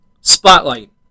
Spotlight